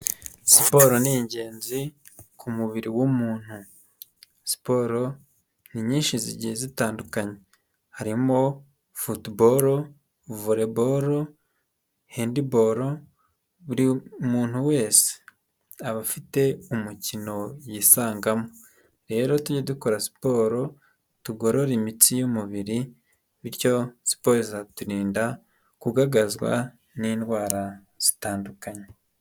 Siporo ni ingenzi ku mubiri w'umuntu, siporo ni nyinshi zigiye zitandukanye harimo: Futubolo, Volebolo, Hendibolo, buri muntu wese aba afite umukino yisangamo, rero tujye dukora siporo tugorore imitsi y'umubiri bityo siporo izaturinda kugaragazwa n'indwara zitandukanye.